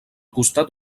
costat